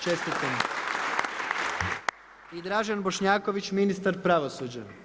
Čestitam! I Dražen Bošnjaković, ministar pravosuđa.